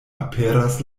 aperas